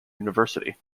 university